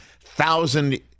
thousand